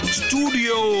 studio